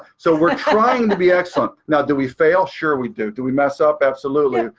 so we're trying to be excellent. now, do we fail? sure we do. do we mess up? absolutely.